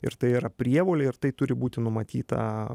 ir tai yra prievolė ir tai turi būti numatyta